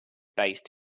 based